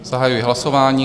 Zahajuji hlasování.